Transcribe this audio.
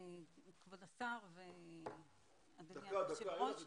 כבוד השר ואדוני היושב ראש.